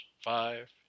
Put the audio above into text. five